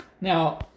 Now